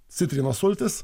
citrinos sultys